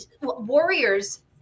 warriors